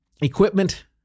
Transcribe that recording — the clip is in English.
Equipment